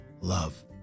love